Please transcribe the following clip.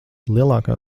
lielākā